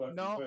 no